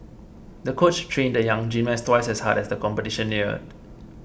the coach trained the young gymnast twice as hard as the competition neared